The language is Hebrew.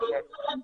כן.